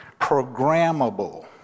programmable